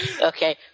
Okay